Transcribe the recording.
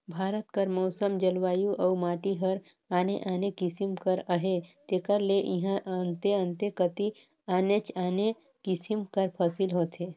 भारत कर मउसम, जलवायु अउ माटी हर आने आने किसिम कर अहे तेकर ले इहां अन्ते अन्ते कती आनेच आने किसिम कर फसिल होथे